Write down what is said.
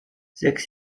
sechs